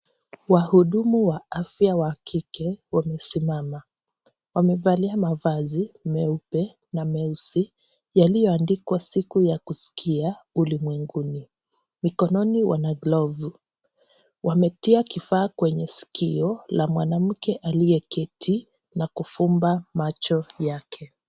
Wahudumu wa afya wakike wamesimama. Wamevalia mavazi meupe na meusi yaliyoandikwa siku ya kusikia ulimwenguni. Mikononi wana glovu. Wametia kifaa kwenye sikio la mwanamke aliyeketi na kufumba macho yake.